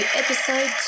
episode